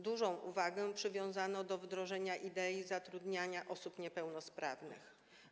Dużą uwagę przywiązano do wdrożenia idei zatrudniania osób niepełnosprawnych.